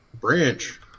branch